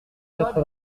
quatre